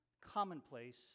commonplace